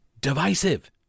divisive